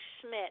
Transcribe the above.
Schmidt